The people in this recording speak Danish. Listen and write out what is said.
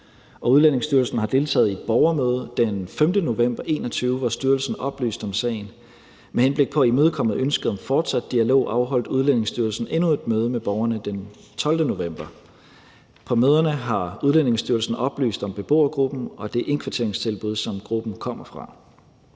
Udlændingestyrelsen har deltaget i et borgermøde den 5. november 2021, hvor styrelsen oplyste om sagen. Med henblik på at imødekomme ønsket om fortsat dialog afholdt Udlændingestyrelsen endnu et møde med borgerne den 12. november. På møderne har Udlændingestyrelsen oplyst om beboergruppen og det indkvarteringstilbud, som gruppen kommer fra.